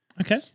Okay